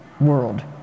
world